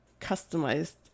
customized